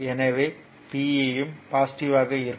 எனவே P யும் பாசிட்டிவ்வாக இருக்கும்